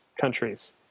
countries